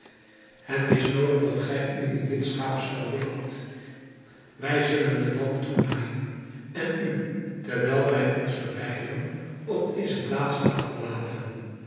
het is noodig dat gij u in dit schaapsvel wikkelt wij zullen het dan toenaaijen en u terwijl wij ons verwijderen op deze plaats achterlaten